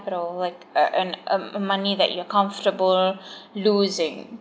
like a a a money that you're comfortable losing